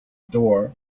door